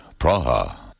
Praha